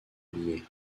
habillée